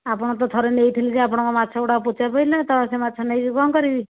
ଆପଣଙ୍କଠାରୁ ଥରେ ନେଇଥିଲି ଯେ ସେ ମାଛ ଗୁଡ଼ାକ ପଚା ପଡ଼ିଲା ତ ସେ ମାଛ ନେଇକି କ'ଣ କରିବି